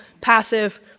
passive